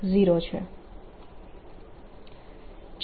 B0 છે